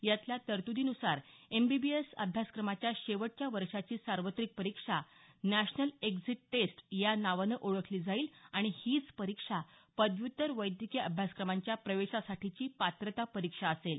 यातल्या तरतुदी नुसार एमबीबीएस अभ्यासक्रमाच्या शेवटच्या वर्षाची सार्वत्रिक परीक्षा नॅशनल एक्झिट टेस्ट या नावानं ओळखली जाईल आणि हीच परीक्षा पदव्युत्तर वैद्यकीय अभ्यासक्रमांच्या प्रवेशासाठीची पात्रता परीक्षा असेल